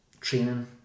training